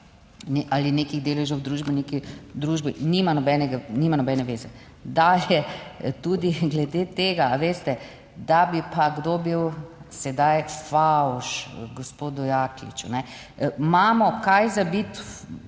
ali nekih deležev v družbi nima nobenega, nima nobene veze. Da je tudi glede tega. a veste, da bi pa kdo bil sedaj fovš, gospodu Jakliču. Imamo kaj za biti,